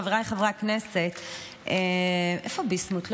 חבריי חברי הכנסת, איפה ביסמוט?